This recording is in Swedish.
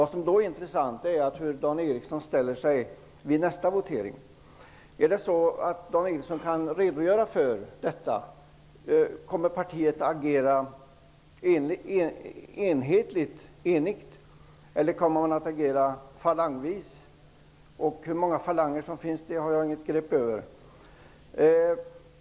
Det är intressant att veta hur Dan Eriksson ställer sig vid nästa votering. Kan Dan Eriksson redogöra för det? Kommer partiet att agera enigt eller falangvis? Jag har inget begrepp om hur många falanger som finns.